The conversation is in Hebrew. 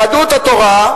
יהדות התורה,